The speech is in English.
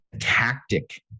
tactic